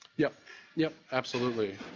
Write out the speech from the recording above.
yeah. yeah, absolutely.